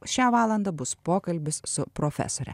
šią valandą bus pokalbis su profesore